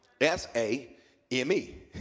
S-A-M-E